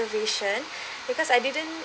reservation because I didn't